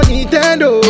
Nintendo